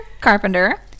carpenter